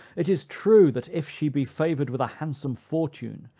it is true, that if she be favored with a handsome fortune,